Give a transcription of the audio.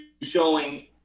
showing